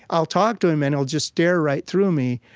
i'll talk to him and he'll just stare right through me,